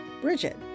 Bridget